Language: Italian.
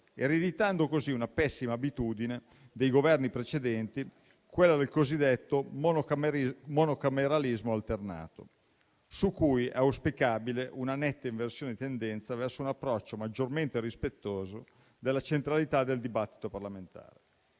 ereditando così una pessima abitudine dei Governi precedenti: quella del cosiddetto monocameralismo alternato, su cui è auspicabile una netta inversione di tendenza verso un approccio maggiormente rispettoso della centralità del dibattito parlamentare.